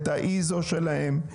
את ה-ISO שלהם.